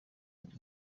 mpita